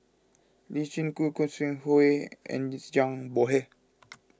Lee Chin Koon Khoo Sui Hoe and Zhang Bohe